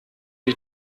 die